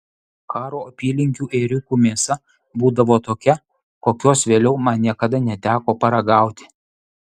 karo apylinkių ėriukų mėsa būdavo tokia kokios vėliau man niekada neteko paragauti